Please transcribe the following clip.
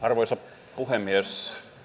arvoisa puhemies